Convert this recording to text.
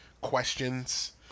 questions